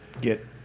get